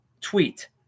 tweet